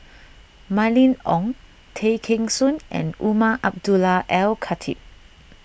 Mylene Ong Tay Kheng Soon and Umar Abdullah Al Khatib